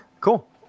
Cool